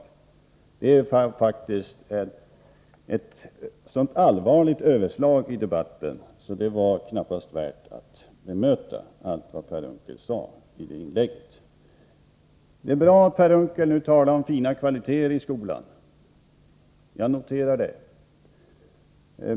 Allt vad han sade i det inlägget var ett så allvarligt överslag i debatten att det knappast är värt att bemöta. Det är visserligen bra att Per Unckel talar om fina kvaliteter i skolor. Jag noterar detta.